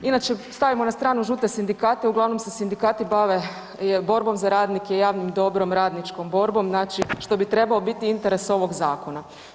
Inače, stavimo na stranu žute sindikate, uglavnom se sindikati bave borbom za radnike i javnim dobrom, radničkom borbom, znači što bi trebao biti interes ovog zakona.